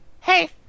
Hey